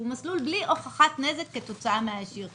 שהוא מסלול בלי הוכחת נזק כתוצאה מהנזק הישיר.